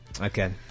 Okay